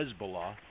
Hezbollah